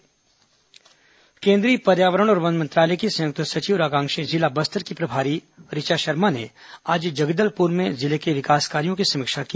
केन्द्रीय सचिव समीक्षा केंद्रीय पर्यावरण और वन मंत्रालय की संयुक्त सचिव और आकांक्षी जिला बस्तर की प्रभारी ऋचा शर्मा ने आज जगदलपुर में जिले के कार्यो की समीक्षा की